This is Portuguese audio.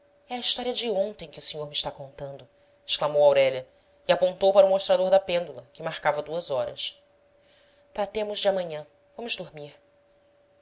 é a história de ontem que o senhor me está contando exclamou aurélia e apontou para o mostrador da pêndula que marcava duas horas tratemos de amanhã vamos dormir